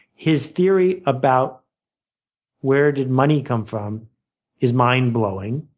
his theory about where did money come from is mind blowing.